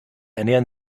ernähren